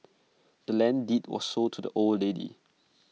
the land's deed was sold to the old lady